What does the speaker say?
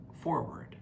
forward